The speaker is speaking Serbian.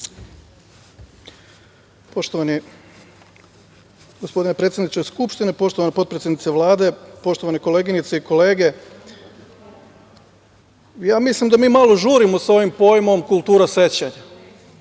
Poštovani gospodine predsedniče Skupštine, poštovana potpredsednice Vlade, poštovane koleginice i kolege, ja mislim da mi malo žurimo sa ovim pojmom kultura sećanja,